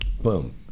boom